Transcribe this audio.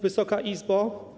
Wysoka Izbo!